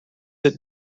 sit